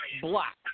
Black